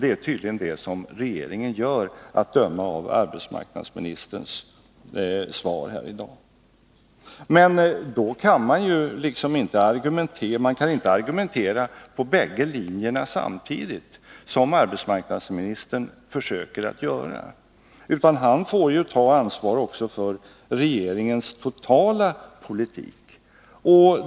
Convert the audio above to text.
Det är tydligen det som regeringen gör, att döma av arbetsmarknadsministerns svar här i dag. Men man kan inte argumentera enligt bägge linjerna samtidigt, som arbetsmarknadsministern försöker att göra. Han får ju ta ansvar också för regeringens totala politik.